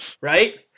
right